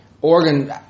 Oregon